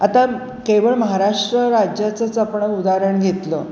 आता केवळ महाराष्ट्र राज्याचंच आपण उदाहरण घेतलं